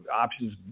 options